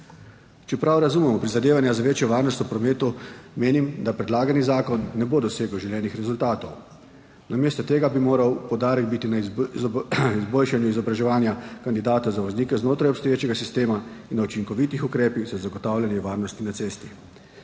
Če prav razumemo prizadevanja za večjo varnost v prometu, menim, da predlagani zakon ne bo dosegel želenih rezultatov. Namesto tega bi moral biti poudarek na izboljšanju izobraževanja kandidatov za voznike znotraj obstoječega sistema in učinkovitih ukrepih za zagotavljanje varnosti na cesti.